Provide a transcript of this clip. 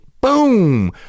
Boom